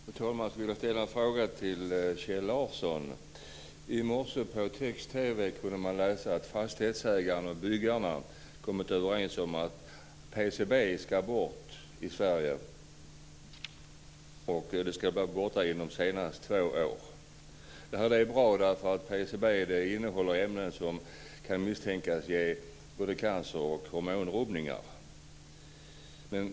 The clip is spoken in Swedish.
Fru talman! Jag skulle vilja ställa en fråga till Kjell Larsson. I morse, på text-TV, kunde man läsa att fastighetsägarna och byggarna kommit överens om att PCB ska bort i Sverige. Det ska var borta om senast två år. Det är bra därför att PCB innehåller ämnen som kan misstänkas ge både cancer och hormonrubbningar.